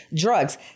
drugs